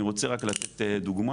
אני רק רוצה לתת דוגמא,